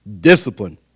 discipline